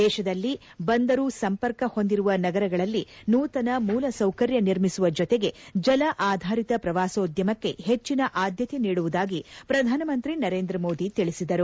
ದೇಶದಲ್ಲಿ ಬಂದರು ಸಂಪರ್ಕ ಹೊಂದಿರುವ ನಗರಗಳಲ್ಲಿ ನೂತನ ಮೂಲಸೌಕರ್ಯ ನಿರ್ಮಿಸುವ ಜೊತೆಗೆ ಜಲ ಆಧಾರಿತ ಶ್ರವಾಸೋದ್ಯಮಕ್ಕೆ ಹೆಚ್ಚಿನ ಆದ್ದತೆ ನೀಡುವುದಾಗಿ ಪ್ರಧಾನಮಂತ್ರಿ ನರೇಂದ್ರ ಮೋದಿ ತಿಳಿಸಿದರು